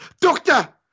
doctor